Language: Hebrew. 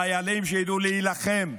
חיילים שידעו להילחם.